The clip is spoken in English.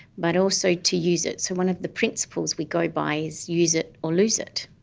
but also to use it. so one of the principles we go by is use it or lose it.